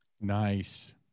Nice